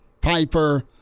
Piper